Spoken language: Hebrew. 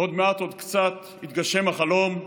"עוד מעט, עוד קצת, יתגשם החלום",